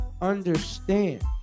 understand